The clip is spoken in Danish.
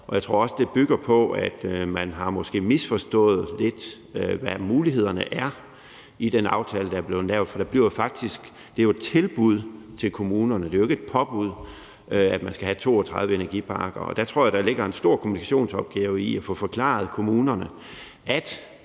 Jeg tror også, at det bygger på, at man måske lidt har misforstået, hvad mulighederne er i den aftale, der er blevet lavet. Det er jo faktisk et tilbud til kommunerne; det er ikke et påbud, at man skal have 32 energiparker. Der tror jeg der ligger en stor kommunikationsopgave i at få forklaret kommunerne, at